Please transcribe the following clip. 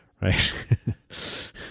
Right